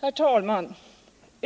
Herr talman!